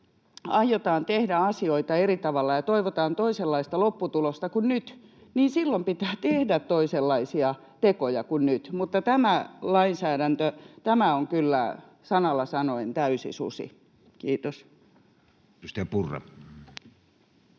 aiotaan tehdä asioita eri tavalla ja toivotaan toisenlaista lopputulosta kuin nyt, niin silloin pitää tehdä toisenlaisia tekoja kuin nyt, mutta tämä lainsäädäntö on kyllä sanalla sanoen täysi susi. — Kiitos. [Speech 118]